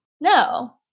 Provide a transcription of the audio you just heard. No